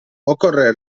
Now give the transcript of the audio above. occorre